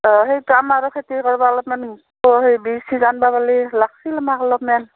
অঁ সেইটো আমাৰ আৰু খেতি কৰিবা অলপমান সেই বীজ চিজ আনিব গ'লে লাগিছিল আমাক অলপমান